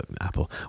Apple